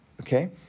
Okay